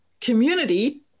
community